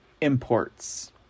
imports